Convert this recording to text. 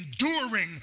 enduring